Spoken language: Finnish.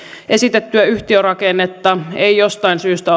esitettyä yhtiörakennetta ei jostain syystä